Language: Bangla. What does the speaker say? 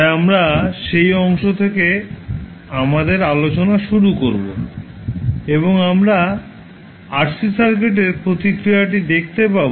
তাই আমরা সেই অংশ থেকে আমাদের আলোচনা শুরু করব এবং আমরা RC সার্কিটের প্রতিক্রিয়াটি দেখতে পাব